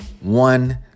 one